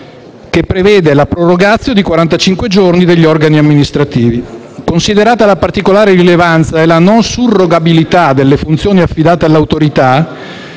che prevede la *prorogatio* di quarantacinque giorni degli organi amministrativi. Considerata la particolare rilevanza e la non surrogabilità delle funzioni affidate all'Autorità,